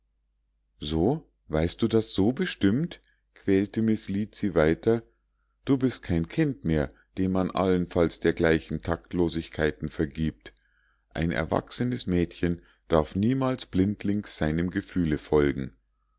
so weißt du das so bestimmt quälte miß lead sie weiter du bist kein kind mehr dem man allenfalls dergleichen taktlosigkeiten vergiebt ein erwachsenes mädchen darf niemals blindlings seinem gefühle folgen